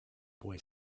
boy